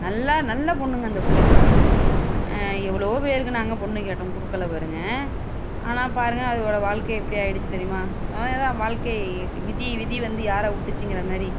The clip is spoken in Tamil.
நல்லா நல்ல பொண்ணுங்க அந்த புள்ளை எவ்வளோ பேருக்கு நாங்கள் பொண்ணு கேட்டோம் கொடுக்கல பாருங்கள் ஆனால் பாருங்கள் அதோட வாழ்க்கை எப்படி ஆகிடுச்சி தெரியுமா அதே தான் வாழ்க்கை விதி விதி வந்து யாரை விட்டுச்சிங்கிற மாதிரி